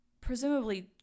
presumably